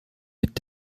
mit